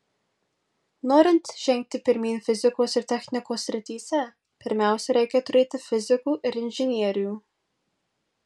norint žengti pirmyn fizikos ir technikos srityse pirmiausia reikia turėti fizikų ir inžinierių